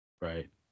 Right